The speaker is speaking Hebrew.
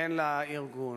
והן לארגון?